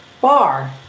bar